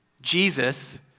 Jesus